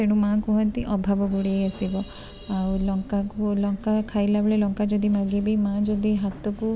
ତେଣୁ ମାଁ କୁହନ୍ତି ଅଭାବ ଗୁଡ଼େଇ ଆସିବ ଆଉ ଲଙ୍କାକୁ ଲଙ୍କା ଖାଇଲାବେଳେ ଲଙ୍କା ଯଦି ମାଗିବେ ମାଁ ଯଦି ହାତକୁ